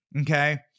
Okay